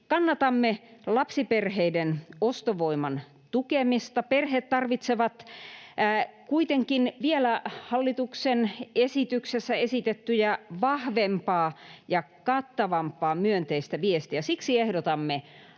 Kannatamme lapsiperheiden ostovoiman tukemista. Perheet tarvitsevat kuitenkin vielä hallituksen esityksessä esitettyä vahvempaa ja kattavampaa myönteistä viestiä. Siksi ehdotamme